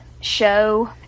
show